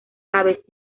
aves